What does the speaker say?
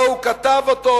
לא הוא כתב אותו.